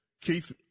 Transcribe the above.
Keith